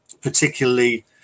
particularly